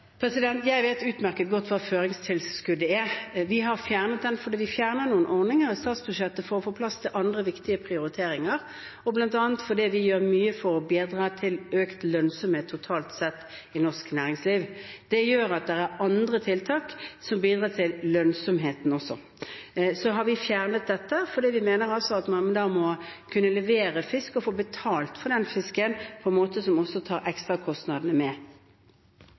Jeg vet utmerket godt hva føringstilskuddet er. Vi har fjernet det fordi vi fjerner noen ordninger i statsbudsjettet for å få plass til andre viktige prioriteringer, og bl.a. fordi vi gjør mye for å bidra til økt lønnsomhet totalt sett i norsk næringsliv. Det gjør at det er andre tiltak som bidrar til lønnsomheten også. Så har vi fjernet dette fordi vi mener at man da må kunne levere fisk og få betalt for den fisken på en måte som også tar med ekstrakostnadene.